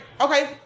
okay